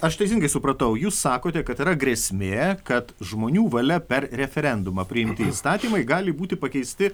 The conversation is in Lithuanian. aš teisingai supratau jūs sakote kad yra grėsmė kad žmonių valia per referendumą priimti įstatymai gali būti pakeisti